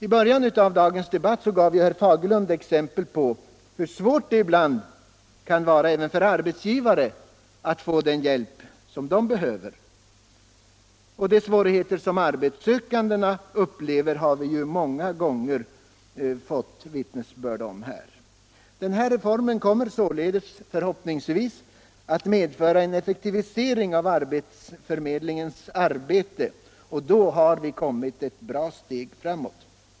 I början av dagens debatt gav herr Fagerlund exempel på hur svårt det ibland kan vara även för arbetsgivarna att få den hjälp de behöver. De svårigheter som de arbetssökande upplever har vi ju många gånger fått vittnesbörd om. — Den här reformen kommer således förhoppningsvis att medföra en effektiviserng av förmedlingsarbetet och då har vi kommit ett bra steg framåt.